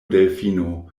delfino